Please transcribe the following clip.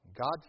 God